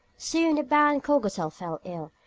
soon the baron cogatal fell ill,